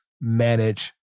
manage